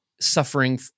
suffering